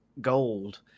gold